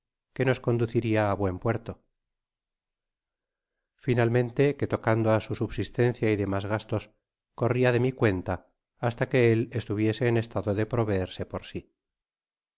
quo nos conduciria á buen puerto finalmente que tocante á su subsistencia y demas gastos corria de mi cuenta hasta que él estuviese en estado de proveerse por si